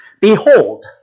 Behold